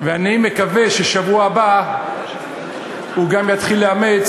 אני מקווה שבשבוע הבא הוא גם יתחיל לאמץ